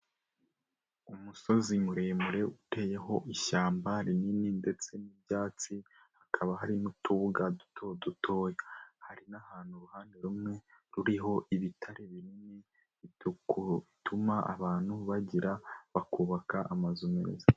Umusozi muremure uteyeho ishyamba rinini ndetse n'ibyatsi, hakaba hari n'utubuga duto dutoya, hari n'ahantu uruhande rumwe ruriho ibitare binini bituma abantu bagira bakubaka amazu meza.